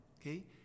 okay